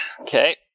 Okay